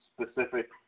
specific